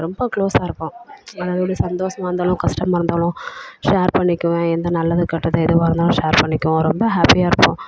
ரொம்ப க்ளோஸாக இருப்போம் அதாவது எப்படி சந்தோஷமா இருந்தாலும் கஷ்டமா இருந்தாலும் ஷேர் பண்ணிக்குவேன் எந்த நல்லது கெட்டது எதுவாக இருந்தாலும் ஷேர் பண்ணிக்குவோம் ரொம்ப ஹேப்பியாக இருப்போம்